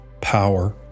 power